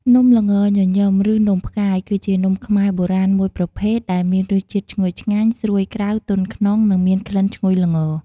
នំល្ងញញឹម ឬនំផ្កាយ គឺជានំខ្មែរបុរាណមួយប្រភេទដែលមានរសជាតិឈ្ងុយឆ្ងាញ់ ស្រួយក្រៅ ទន់ក្នុង និងមានក្លិនឈ្ងុយល្ង។